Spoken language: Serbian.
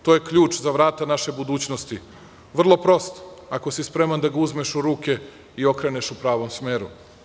To je ključ za vrata naše budućnosti, vrlo prost ako si spreman da ga uzmeš u ruke i okreneš u pravom smeru.